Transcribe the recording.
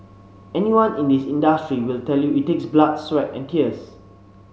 anyone in this industry will tell you it takes blood sweat and tears